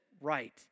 right